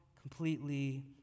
completely